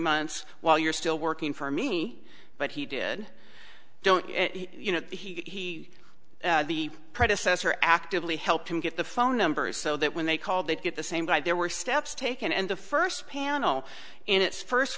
months while you're still working for me but he did don't you know he the predecessor actively helped him get the phone numbers so that when they called they'd get the same guy there were steps taken and the first panel in its first